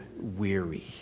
weary